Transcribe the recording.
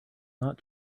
not